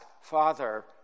Father